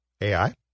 AI